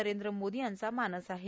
नरेंद्र मोदी यांचा मानस आहे